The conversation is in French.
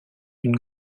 une